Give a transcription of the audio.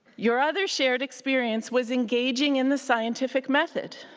your other shared experience was engaging in the scientific method.